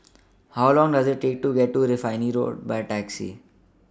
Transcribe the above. How Long Does IT Take to get to Refinery Road By Taxi